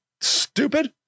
stupid